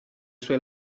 suoi